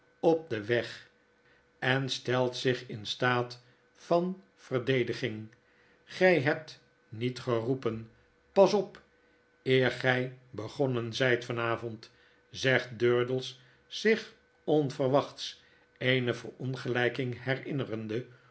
op den weg en stelt zich in staat van verdediging gy hebt niet geroepen pas op eer gij begonnen zyt van avond zegt durdels zich onverwachts eene verongelijking herinnerende